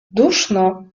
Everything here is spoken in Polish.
duszno